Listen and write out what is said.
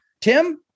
Tim